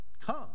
come